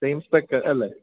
same aspect അല്ലേ